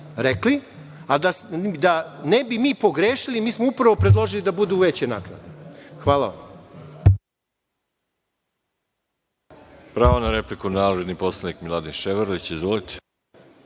rekli, a da ne bi mi pogrešili, mi smo upravo predložili da budu veće naknade. Hvala